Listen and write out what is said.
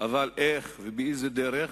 אבל איך ובאיזו דרך